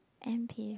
N_P